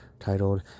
Titled